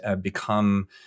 become